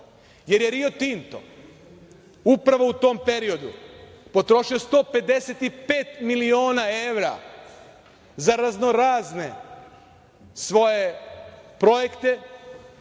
jer je Rio Tinto upravo u tom periodu potrošio 155 miliona evra za raznorazne svoje projekte,